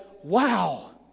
Wow